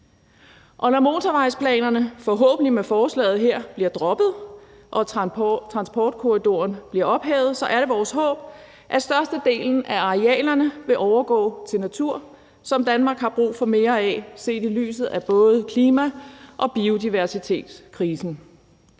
Når motorvejsplanerne forhåbentlig med forslaget her bliver droppet og transportkorridoren bliver ophævet, er det vores håb, at størstedelen af arealerne vil overgå til natur, som Danmark har brug for mere af set i lyset af både klimakrisen og biodiversitetskrisen.